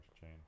chain